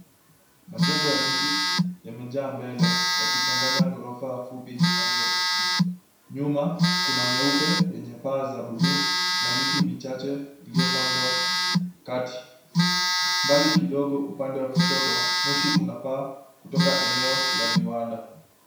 Majengo ya mji yamejaa mbele yakichanganya ghorofa fupi na ndefu. Nyuma kuna meupe yenye paa za buluu na miti michache iliyopangwa kati. Mbali kidogo upande wa kushoto moshi unapaa kutoka eneo la viwanda.